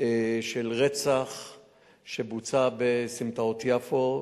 של רצח שבוצע בסמטאות יפו,